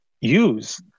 use